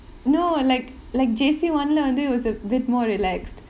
no like like J_C [one] leh வந்து:vanthu was a bit more relaxed